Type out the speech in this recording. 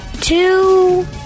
two